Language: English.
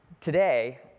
Today